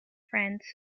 friends